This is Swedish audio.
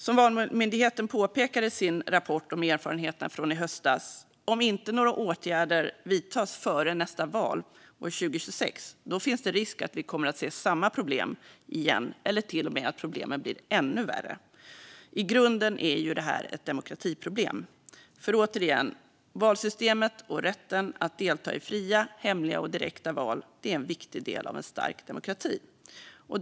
Som Valmyndigheten påpekar i sin rapport om erfarenheterna från i höstas: Om inte några åtgärder vidtas före nästa val år 2026 finns det risk att vi kommer att få se samma problem igen eller till och med att problemen blir ännu värre. I grunden är detta ett demokratiproblem, för valsystemet och rätten att delta i fria, hemliga och direkta val är, återigen, en viktig del av en stark demokrati.